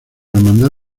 hermandad